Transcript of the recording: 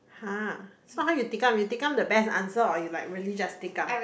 !huh! so how you take up you take up the best answer or you like really just take up